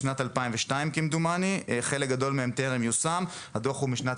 בשנת 2017 התקיים דיון על הדוח משנת